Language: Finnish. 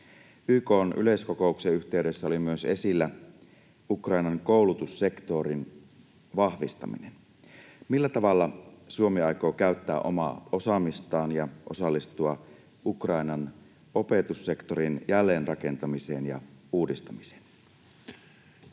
YK:n yleiskokouksen yhteydessä oli myös esillä Ukrainan koulutussektorin vahvistaminen. Millä tavalla Suomi aikoo käyttää omaa osaamistaan ja osallistua Ukrainan opetussektorin jälleenrakentamiseen ja uudistamiseen?